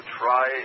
try